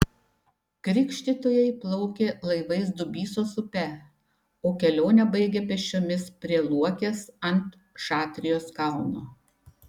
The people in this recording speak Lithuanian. krikštytojai plaukė laivais dubysos upe o kelionę baigė pėsčiomis prie luokės ant šatrijos kalno